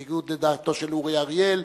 בניגוד לדעתו של אורי אריאל,